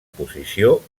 posició